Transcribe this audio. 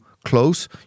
close